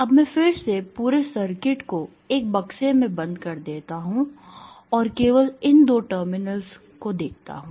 अब मैं फिर से पूरे सर्किट को एक बक्से में बंद कर देता हूं और केवल इन दो टर्मिनल्स देखता हूं